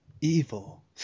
evil